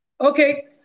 Okay